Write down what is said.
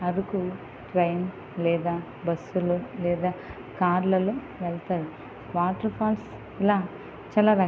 Araku train లేదా బస్సులు లేదా కార్లలో వెల్తాది వాటర్ ఫాల్స్ ఇలా చాలా రకాలు